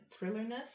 thrillerness